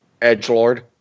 Edgelord